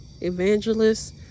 evangelists